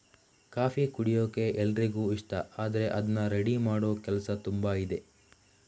coffee ಕುಡಿಯೋಕೆ ಎಲ್ರಿಗೂ ಇಷ್ಟ ಆದ್ರೆ ಅದ್ನ ರೆಡಿ ಮಾಡೋ ಕೆಲಸ ತುಂಬಾ ಇದೆ